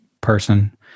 person